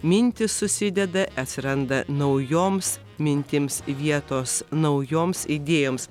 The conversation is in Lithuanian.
mintys susideda atsiranda naujoms mintims vietos naujoms idėjoms